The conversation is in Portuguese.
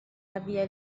havia